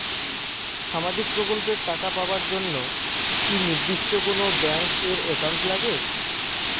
সামাজিক প্রকল্পের টাকা পাবার জন্যে কি নির্দিষ্ট কোনো ব্যাংক এর একাউন্ট লাগে?